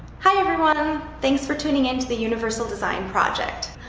hi everyone! thanks for tuning in to the universal design project.